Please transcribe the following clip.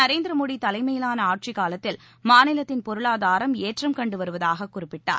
நரேந்திர மோடி தலைமையிலான ஆட்சிக்காலத்தில் மாநிலத்தின் பொருளாதாரம் ஏற்றம் அவர் கண்டு வருவதாக குறிப்பிட்டார்